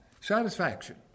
satisfaction